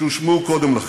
שהושמעו קודם לכן.